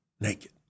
naked